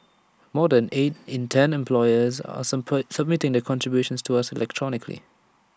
more than eight in ten employers are submitting their contributions to us electronically